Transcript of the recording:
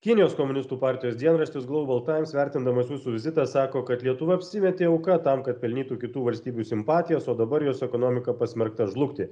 kinijos komunistų partijos dienraštis global times vertindamas jūsų vizitą sako kad lietuva apsimetė auka tam kad pelnytų kitų valstybių simpatijas o dabar jos ekonomika pasmerkta žlugti